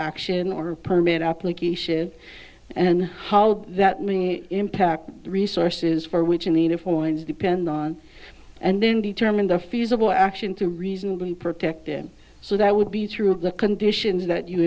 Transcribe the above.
action or permit application and how that impacts resources for which in the uniforms depend on and then determine the feasible action to reasonably protect them so that would be true of the conditions that you